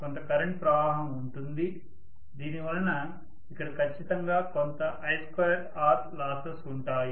కొంత కరెంట్ ప్రవాహం ఉంటుంది దీనివలన ఇక్కడ ఖచ్చితంగా కొంత I2R లాసెస్ ఉంటాయి